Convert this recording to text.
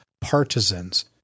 partisans